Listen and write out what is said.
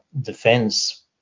defense